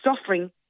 suffering